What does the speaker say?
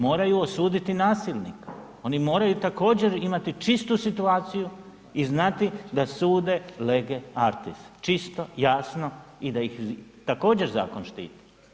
Moraju osuditi nasilnika, oni moraju također imati čistu situaciju i znati da sude legeartis, čisto, jasno i da ih također zakon štiti.